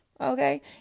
okay